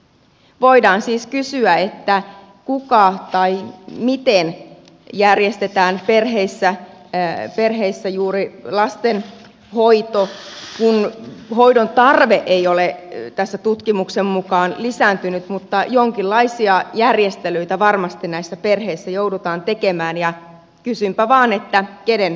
voidaan siis kysyä miten järjestetään perheissä juuri lastenhoito kun hoidon tarve ei ole tässä tutkimuksen mukaan lisääntynyt mutta jonkinlaisia järjestelyitä varmasti näissä perheissä joudutaan tekemään ja kysynpä vain että kenen kustannuksella